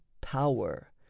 power